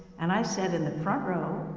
and i sat in the front row,